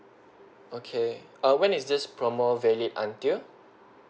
okay err when is this promo valid until